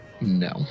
no